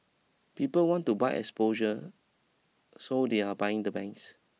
people want to buy exposure so they're buying the banks